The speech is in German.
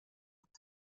und